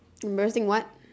immersing what